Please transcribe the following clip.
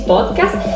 Podcast